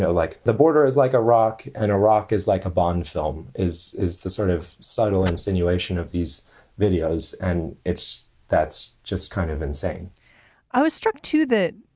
so like the border is like iraq and iraq is like a bond film is. it's the sort of subtle insinuation of these videos. and it's that's just kind of insane i was struck to that.